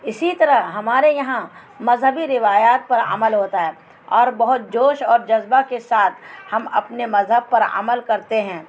اسی طرح ہمارے یہاں مذہبی روایات پر عمل ہوتا ہے اور بہت جوش اور جذبہ کے ساتھ ہم اپنے مذہب پر عمل کرتے ہیں